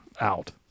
out